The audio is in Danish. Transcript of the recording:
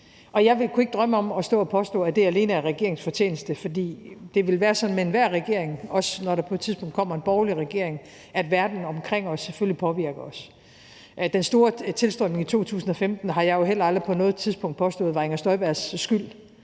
Og jeg kunne ikke drømme om at stå og påstå, at det alene er regeringens fortjeneste, for det vil være sådan med enhver regering, også når der på et tidspunkt kommer en borgerlig regering, at verden omkring os selvfølgelig påvirker os. Den store tilstrømning i 2015 har jeg jo heller aldrig på noget tidspunkt påstået var Inger Støjbergs skyld